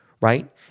Right